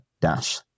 dash